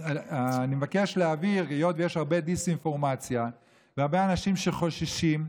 היות שיש הרבה דיסאינפורמציה והרבה אנשים שחוששים,